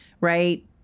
right